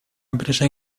empresa